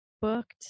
booked